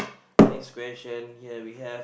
next question here we have